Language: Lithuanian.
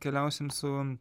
keliausim su